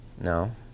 No